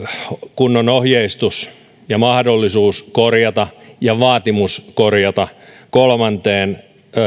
kunnon ohjeistus ja mahdollisuus korjata ja vaatimus korjata kolmanteen